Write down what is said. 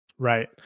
Right